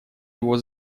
его